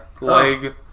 Leg